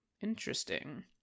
Interesting